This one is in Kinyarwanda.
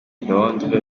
londres